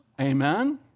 Amen